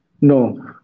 No